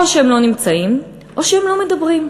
או שהם לא נמצאים, או שהם לא מדברים.